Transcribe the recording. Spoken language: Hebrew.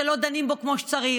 שלא דנים בו כמו שצריך,